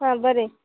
हां बरें